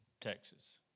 Texas